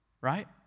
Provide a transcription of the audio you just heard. Right